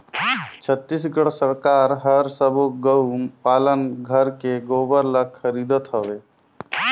छत्तीसगढ़ सरकार हर सबो गउ पालन घर के गोबर ल खरीदत हवे